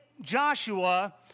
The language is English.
Joshua